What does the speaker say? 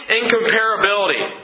incomparability